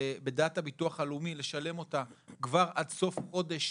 בדעת הביטוח הלאומי לשלם אותה כבר עד סוף חודש